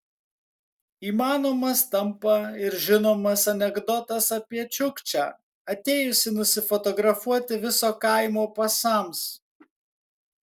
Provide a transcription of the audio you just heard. įmanomas tampa ir žinomas anekdotas apie čiukčią atėjusį nusifotografuoti viso kaimo pasams